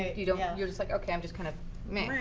you know yeah you're just like, ok, i'm just kind of meh.